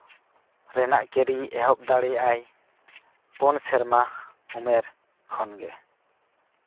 ᱨᱮᱱᱟᱜ ᱠᱮᱨᱤᱭ ᱮᱦᱚᱵ ᱫᱟᱲᱮᱭᱟᱜᱼᱟᱭ ᱯᱩᱱ ᱥᱮᱨᱢᱟ ᱩᱢᱮᱹᱨ ᱠᱷᱚᱱ ᱜᱮ